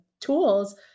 Tools